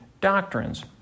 doctrines